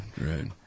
Right